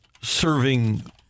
serving